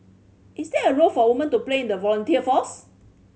is there a role for women to play in the volunteer force